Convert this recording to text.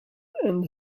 and